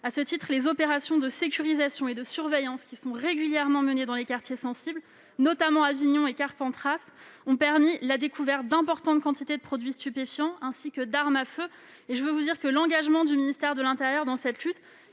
À ce titre, les opérations de sécurisation et de surveillance qui sont régulièrement menées dans les quartiers sensibles, notamment à Avignon et Carpentras, ont permis la découverte d'importantes quantités de produits stupéfiants, ainsi que d'armes à feu. L'engagement du ministère de l'intérieur dans cette lutte